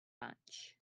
much